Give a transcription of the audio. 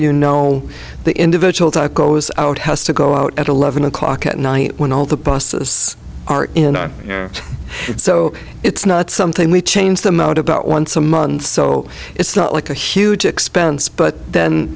you know the individual tycho's out has to go out at eleven o'clock at night when all the busses are in so it's not something we change them out about once a month so it's not like a huge expense but then